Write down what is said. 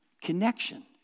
connection